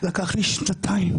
לקח לי שנתיים,